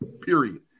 period